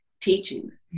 teachings